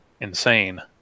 insane